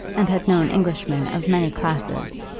and had known englishmen of many classes,